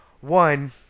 One